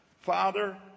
father